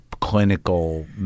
clinical